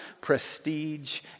prestige